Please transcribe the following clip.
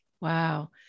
Wow